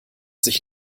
sich